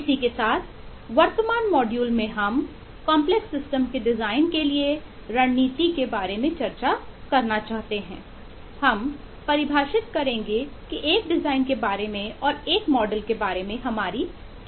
इसी के साथ वर्तमान मॉड्यूल के बारे में हमारी क्या समझ है